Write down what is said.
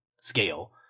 scale